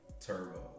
Turbo